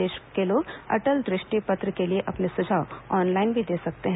प्रदेश के लोग अटल दृष्टि पत्र के लिए अपने सुझाव ऑनलाइन भी दे सकते हैं